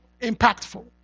impactful